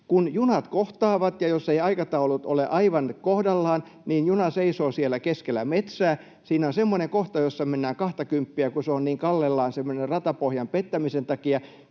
Kun junat kohtaavat, jos eivät aikataulut ole aivan kohdallaan, niin juna seisoo siellä keskellä metsää. Siinä on semmoinen kohta, jossa mennään kahtakymppiä, kun se on niin kallellaan ratapohjan pettämisen takia.